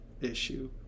issue